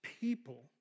people